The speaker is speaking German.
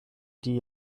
die